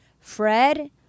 fred